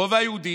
ברובע היהודי,